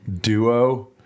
duo